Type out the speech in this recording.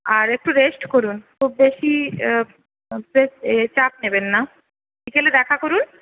আর একটু রেস্ট করুন খুব বেশি চাপ নেবেন না বিকেলে দেখা করুন